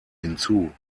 hinzu